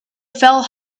fell